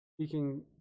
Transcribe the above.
speaking